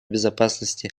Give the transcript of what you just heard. безопасности